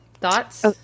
thoughts